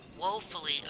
woefully